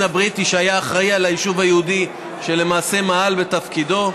הבריטי שהיה אחראי ליישוב היהודי ולמעשה מעל בתפקידו.